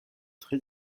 très